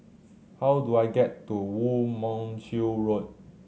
how do I get to Woo Mon Chew Road